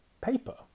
paper